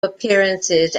appearances